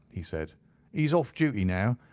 he said. he is off duty now.